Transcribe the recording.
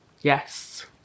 Yes